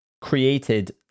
created